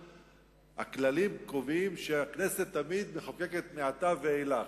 הכללים קובעים שהכנסת תמיד מחוקקת מעתה ואילך,